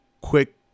quick